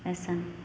अइसन